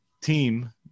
team